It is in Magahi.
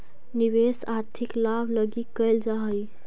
निवेश आर्थिक लाभ लगी कैल जा हई